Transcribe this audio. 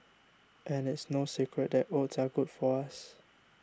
and it's no secret that oats are good for us